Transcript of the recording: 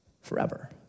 forever